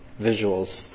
visuals